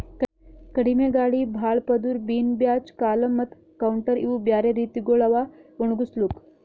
ಕಡಿಮಿ ಗಾಳಿ, ಭಾಳ ಪದುರ್, ಬಿನ್ ಬ್ಯಾಚ್, ಕಾಲಮ್ ಮತ್ತ ಕೌಂಟರ್ ಇವು ಬ್ಯಾರೆ ರೀತಿಗೊಳ್ ಅವಾ ಒಣುಗುಸ್ಲುಕ್